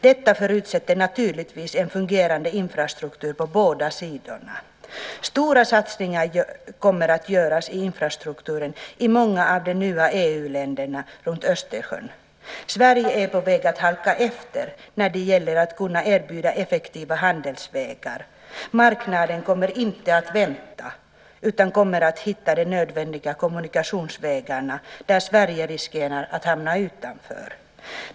Detta förutsätter naturligtvis en fungerande infrastruktur på båda sidorna. Stora satsningar kommer att göras i infrastrukturen i många av de nya EU-länderna runt Östersjön. Sverige är på väg att halka efter när det gäller att kunna erbjuda effektiva handelsvägar. Marknaden kommer inte att vänta utan kommer att hitta de nödvändiga kommunikationsvägarna där Sverige riskerar att hamna utanför.